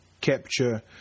capture